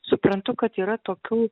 suprantu kad yra tokių